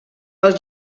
els